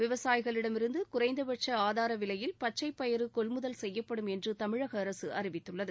விவசாயிகளிடமிருந்து குறைந்தபட்ச ஆதார விலையில் பச்சை பயறு கொள்முதல் செய்யப்படும் என்று தமிழக அரசு அறிவித்துள்ளது